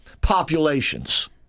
populations